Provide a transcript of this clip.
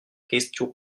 question